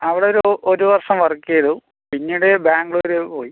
അവിടെ ഒരു ഒരു വർഷം വർക്ക് ചെയ്തു പിന്നീട് ബാംഗ്ലൂർ പോയി